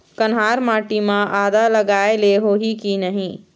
कन्हार माटी म आदा लगाए ले होही की नहीं?